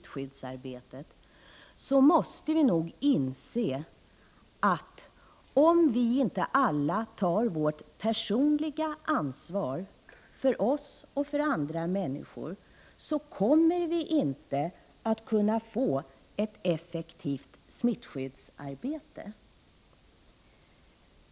smittskyddsarbetet, måste vi nog inse att vi inte kommer att kunna få ett effektivt smittskyddsarbete, om vi inte alla tar vårt personliga ansvar för oss själva och för andra människor.